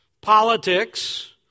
politics